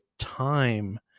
time